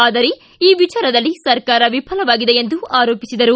ಆದರೆ ಈ ವಿಚಾರದಲ್ಲಿ ಸರ್ಕಾರ ವಿಫಲವಾಗಿದೆ ಎಂದು ಹೇಳಿದರು